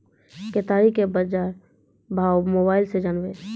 केताड़ी के बाजार भाव मोबाइल से जानवे?